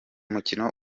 mukino